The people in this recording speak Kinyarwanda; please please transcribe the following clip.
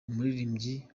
umuririmbyi